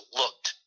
looked